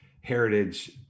heritage